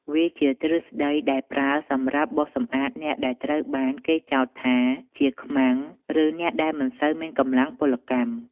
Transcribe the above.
វាជាទ្រឹស្តីដែលប្រើសម្រាប់បោសសម្អាតអ្នកដែលត្រូវបានគេចោទថាជាខ្មាំង ឬអ្នកដែលមិនសូវមានកម្លាំងពលកម្ម។